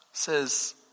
Says